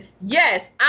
yes